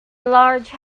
large